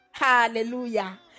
Hallelujah